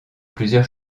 plusieurs